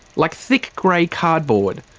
like thick, grey cardboard.